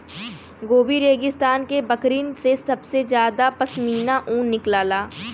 Gobi रेगिस्तान के बकरिन से सबसे जादा पश्मीना ऊन निकलला